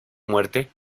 muerte